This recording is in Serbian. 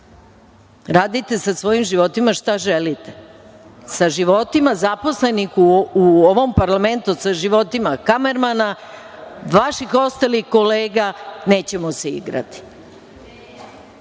Radite sa svojim životima šta želite. Sa životima zaposlenih u ovom parlamentu, sa životima kamermana, vaših ostalih kolega nećemo se igrati.